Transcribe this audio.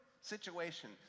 situation